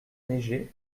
léger